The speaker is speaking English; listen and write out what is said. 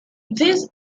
these